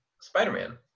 Spider-Man